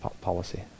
policy